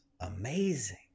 amazing